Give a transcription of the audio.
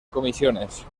comisiones